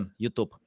youtube